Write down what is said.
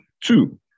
Two